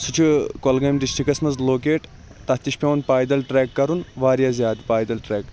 سُہ چھُ کوٚلگٲم ڈِسٹرکَس مَنٛز لوکیٹ تَتھ تہِ چھِ پیٚوان پایدَل ٹریٚک کَرُن واریاہ زیادٕ پایدَل ٹریٚک